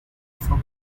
for